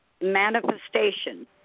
manifestation